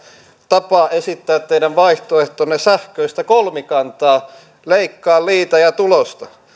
tapaa esittää teidän vaihtoehtonne sähköistä kolmikantaa leikkaa liitä ja ja tulosta